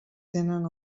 tenen